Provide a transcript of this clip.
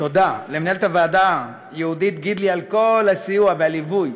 תודה למנהלת הוועדה יהודית גידלי על כל הסיוע והליווי,